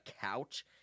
couch